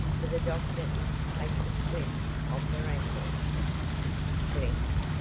for the doctor is to take the splints off her ankle splints?